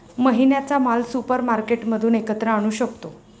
महिन्याचा माल सुपरमार्केटमधून एकत्र आणू शकतो